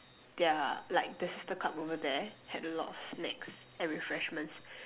their like the sister club over there had a lot of snacks and refreshments